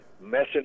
messing